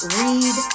read